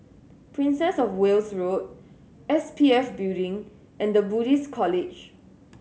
Princess Of Wales Road S P F Building and The Buddhist College